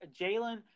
Jalen